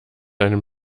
einem